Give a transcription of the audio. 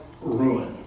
ruin